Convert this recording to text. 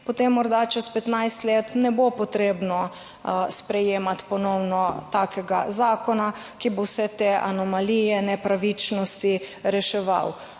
potem morda čez 15 let ne bo potrebno sprejemati ponovno takega zakona, ki bo vse te anomalije, nepravičnosti reševal.